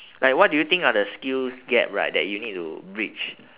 like what do you think are the skills gap right that you need to bridge